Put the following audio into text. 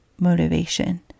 motivation